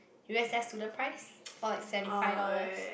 U_S_S student price for like seventy five dollars